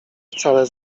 wcale